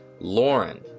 Lauren